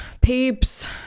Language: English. peeps